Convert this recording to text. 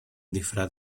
disfraz